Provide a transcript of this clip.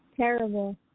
Terrible